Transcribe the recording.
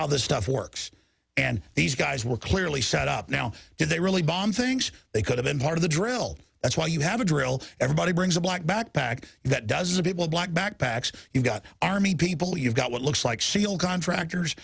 how this stuff works and these guys were clearly set up now did they really bomb things they could have been part of the drill that's why you have a drill everybody brings a black backpack that dozens of people black backpacks you've got army people you've got what looks like seal contractors